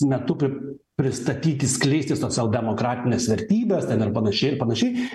metu pri pristatyti skleisti socialdemokratines vertybes ten ir panašiai ir panašiai